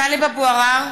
(קוראת בשמות חברי הכנסת) טלב אבו עראר,